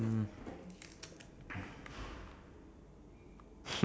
what is the most impressive thing that you have ever done